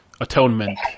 atonement